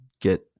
get